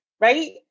right